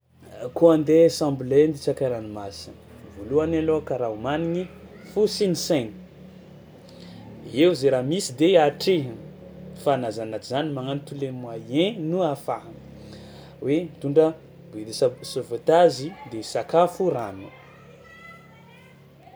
Kôa andeha sambolay hitsaka ranomasina, voalohany alohaka raha homanigny fo sy ny saigna, eo zay raha misy de atrehigna fa na zany na tsy zany magnano tous les moyens no ahafaha hoe mitondra bouet de sa- sauvetage de sakafo, rano.